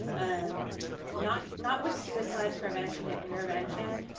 um not not with suicide prevention and intervention,